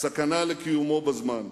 סכנה לקיומו בזמן.